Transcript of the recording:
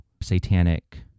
satanic